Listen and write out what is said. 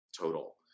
total